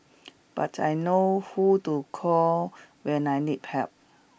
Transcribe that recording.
but I know who to call when I need help